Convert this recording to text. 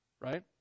Right